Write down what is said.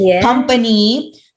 company